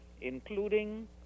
including